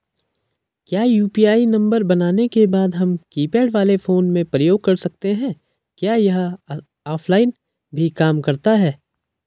क्या UPI number बनाने के बाद हम कीपैड वाले फोन में प्रयोग कर सकते हैं क्या यह ऑफ़लाइन भी काम करता है?